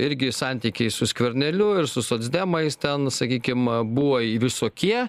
irgi santykiai su skverneliu ir su socdemais ten sakykim a buvo visokie